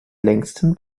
längsten